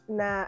na